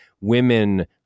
women